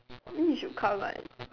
I think you should come my